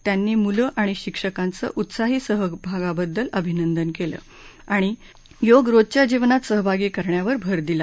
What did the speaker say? त्यांनी मुलं आणि शिक्षकांचं उत्साही सहभागाबद्दल अभिनंदन केलं आणि योग रोजच्या जीवनात सहभागी करण्यावर भर दिला